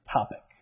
topic